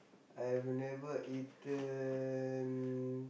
I have never eaten